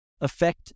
affect